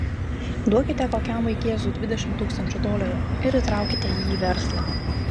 duokite kokiam vaikėzui dvidešimt tūkstančių dolerių ir įtraukite jį į verslą